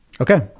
Okay